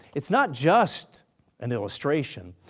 it's not just an illustration,